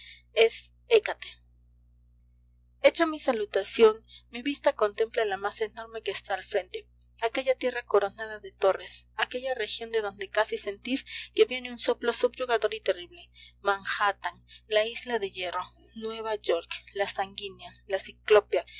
hécate hecha mi salutación mi vista contempla la masa enorme que está al frente aquella tierra coronada de torres aquella región de donde casi sentís que viene un soplo subyugador y terrible manhattan la isla de hierro nueva york la sanguínea la ciclópea